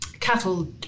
Cattle